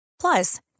Plus